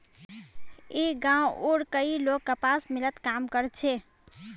ई गांवउर कई लोग कपास मिलत काम कर छे